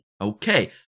Okay